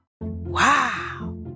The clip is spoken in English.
Wow